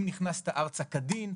אם נכנסת ארצה כדין,